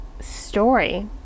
story